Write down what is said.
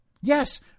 Yes